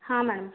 हाँ मैम